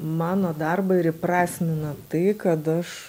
mano darbą ir įprasmina tai kad aš